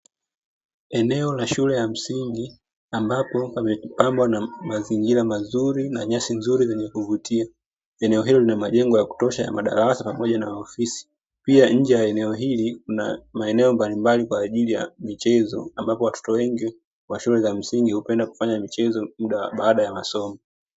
Eneo la shule ya msingi, ambapo pamepambwa na mazingira mazuri na nyasi nzuri zenye kuvutia. Eneo hilo lina majengo ya kutosha ya madarasa pamoja na ofisi, pia nje ya eneo hili kuna maeneo mbalimbali kwa ajili ya michezo, ambapo watoto wengi wa shule za msingi hupenda kufanya michezo, muda wa baada ya masomo.